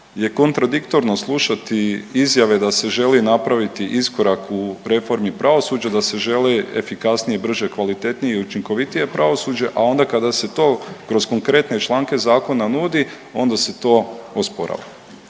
je kontradiktorno slušati izjave da se želi napraviti iskorak u reformi pravosuđa, da se želi efikasnije, brže, kvalitetnije i učinkovitije pravosuđe, a onda kada se to kroz konkretne članke zakona nudi onda se to osporava.